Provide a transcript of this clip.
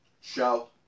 show